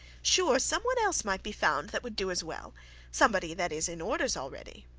sure somebody else might be found that would do as well somebody that is in orders already.